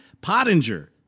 Pottinger